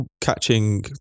catching